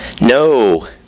No